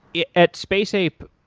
yeah at space ape,